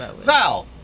Val